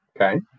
Okay